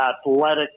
athletic